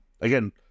Again